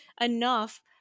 enough